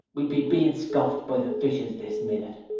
we'd be being scoffed by the fishes this minute!